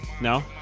No